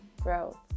growth